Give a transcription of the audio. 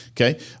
Okay